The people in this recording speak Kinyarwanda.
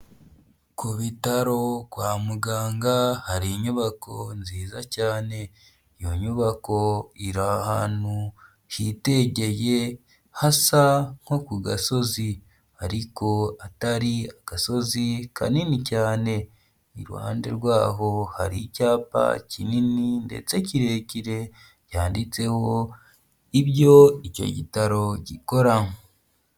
Ku bitaro kwa muganga hari inyubako nziza cyane, iyo nyubako iri ahantu hitegeye hasa nko ku gasozi ariko atari agasozi kanini cyane. Iruhande rwaho hari icyapa kinini ndetse kirekire cyanditseho ibyo icyo gitaro gikora.